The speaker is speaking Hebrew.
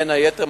בין היתר,